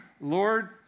Lord